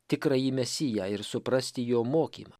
tikrąjį mesiją ir suprasti jo mokymą